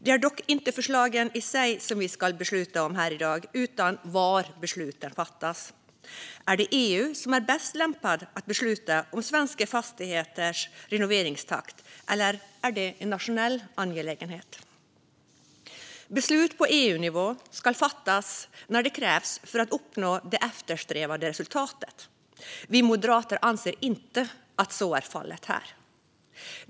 Det är dock inte förslagen i sig vi ska besluta om här i dag utan var besluten ska fattas. Är det EU som är bäst lämpat att besluta om svenska fastigheters renoveringstakt, eller är det en nationell angelägenhet? Beslut på EU-nivå ska fattas när det krävs för att uppnå det eftersträvade resultatet. Vi moderater anser att så inte är fallet här.